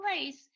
place